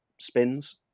spins